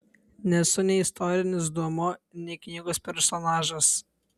nesu nei istorinis duomuo nei knygos personažas